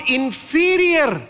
inferior